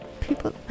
people